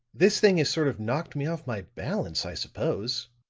this thing has sort of knocked me off my balance, i suppose,